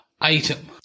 item